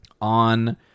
on